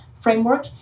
framework